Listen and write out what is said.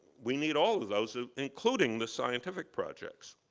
we need all of those, ah including the scientific projects.